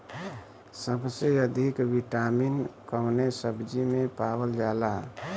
सबसे अधिक विटामिन कवने सब्जी में पावल जाला?